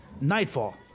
Nightfall